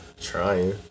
Trying